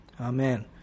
Amen